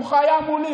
הוא היה מולי,